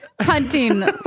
hunting